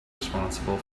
responsible